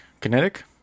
kinetic